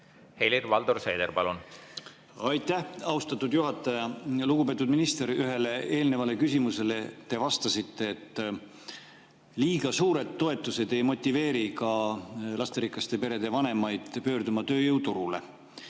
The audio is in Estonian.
ära kaotama? Aitäh, austatud juhataja! Lugupeetud minister! Ühele eelnevale küsimusele te vastasite, et liiga suured toetused ei motiveeri lasterikaste perede vanemaid pöörduma tööjõuturule.